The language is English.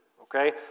Okay